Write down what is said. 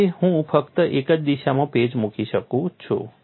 તેથી હું ફક્ત એક જ દિશામાં પેચ મૂકી શકું છું